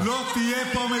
--- מה הבעיה בחובשי כיפות?